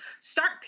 Start